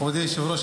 מכובדי היושב-ראש,